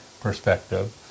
perspective